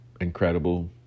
incredible